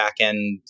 backend